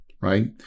right